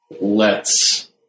lets